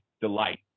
delight